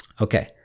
okay